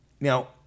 Now